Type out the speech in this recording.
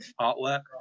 artwork